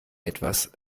etwas